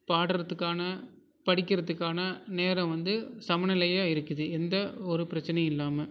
பாடுறதுக்கான படிக்கிறதுக்கான நேரம் வந்து சமநிலையாக இருக்குது எந்த ஒரு பிரச்சனையும் இல்லாமல்